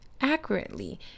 accurately